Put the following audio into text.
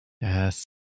Yes